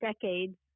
decades